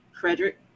Frederick